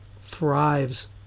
thrives